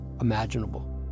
imaginable